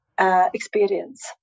experience